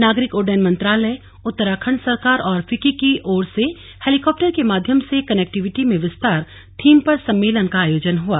नागरिक उड्डयन मंत्रालय उत्तराखण्ड सरकार और फिक्की की ओर से हेलीकाप्टर के माध्यम से कनेक्टिविटी में विस्तार थीम पर सम्मेलन का आयोजन हुआ